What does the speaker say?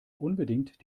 unbedingt